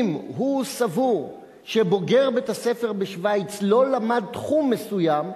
אם הוא סבור שבוגר בית-הספר בשווייץ לא למד תחום מסוים,